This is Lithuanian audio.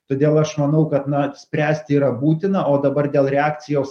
todėl aš manau kad na spręsti yra būtina o dabar dėl reakcijos